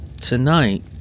Tonight